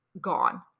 gone